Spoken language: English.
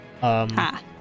Ha